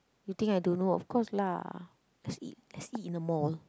you think I don't know of course lah let's eat let's eat in the mall